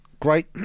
Great